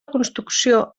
construcció